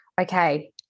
okay